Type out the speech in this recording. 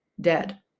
dead